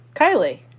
Kylie